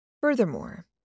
Furthermore